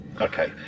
Okay